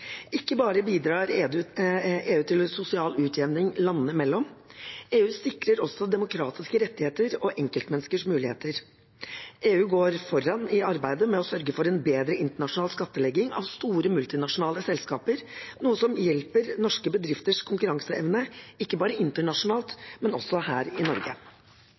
Ikke bare bidrar EU til sosial utjevning landene imellom, EU sikrer også demokratiske rettigheter og enkeltmenneskers muligheter. EU går foran i arbeidet med å sørge for en bedre internasjonal skattlegging av store multinasjonale selskaper, noe som hjelper norske bedrifters konkurranseevne, ikke bare internasjonalt, men også her i Norge.